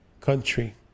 Country